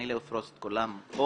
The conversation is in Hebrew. אני לא אפרוס את כולן פה.